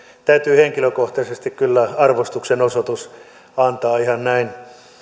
täytyy henkilökohtaisesti kyllä arvostuksen osoitus antaa ihan näin